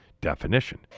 definition